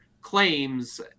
claims